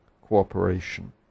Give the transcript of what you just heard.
cooperation